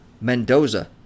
Mendoza